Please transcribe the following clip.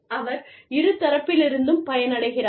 அவர் இரு தரப்பிலிருந்தும் பயனடைகிறார்